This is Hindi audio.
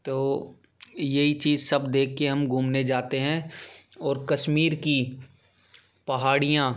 तो यही चीज़ सब देखकर हम घूमने जाते हैं और कश्मीर की पहाड़ियाँ